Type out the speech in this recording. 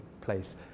place